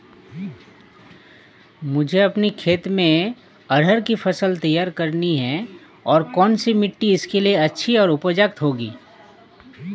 मुझे अपने खेत में अरहर की फसल तैयार करनी है और कौन सी मिट्टी इसके लिए अच्छी व उपजाऊ होगी?